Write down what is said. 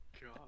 God